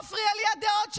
מפריעות לי הדעות שלך,